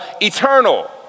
eternal